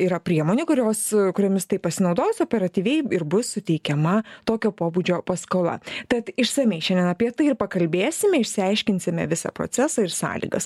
yra priemonių kurios kuriomis tai pasinaudojus operatyviai ir bus suteikiama tokio pobūdžio paskola tad išsamiai šiandien apie tai ir pakalbėsime išsiaiškinsime visą procesą ir sąlygas